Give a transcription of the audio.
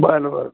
बरं बरं